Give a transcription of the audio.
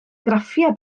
graffiau